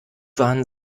waren